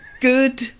good